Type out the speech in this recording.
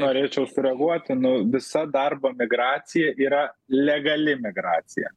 norėčiau sureaguoti nu visa darbo migracija yra legali migracija